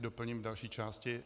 Doplním v další části.